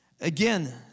Again